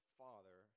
father